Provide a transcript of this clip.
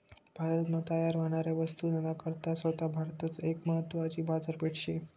भारत मा तयार व्हनाऱ्या वस्तूस ना करता सोता भारतच एक महत्वानी बाजारपेठ शे